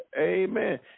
Amen